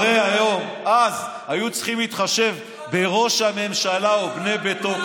הרי אז היו צריכים להתחשב בראש הממשלה ובני ביתו,